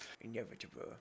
Inevitable